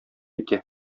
итә